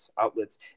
outlets